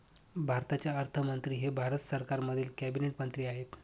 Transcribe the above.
भारताचे अर्थमंत्री हे भारत सरकारमधील कॅबिनेट मंत्री आहेत